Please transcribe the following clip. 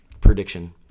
prediction